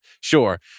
sure